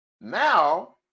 now